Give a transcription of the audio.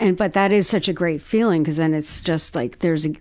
and but that is such a great feeling because then it's just like, there's,